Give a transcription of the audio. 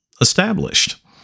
established